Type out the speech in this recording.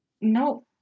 No